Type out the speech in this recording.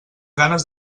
ganes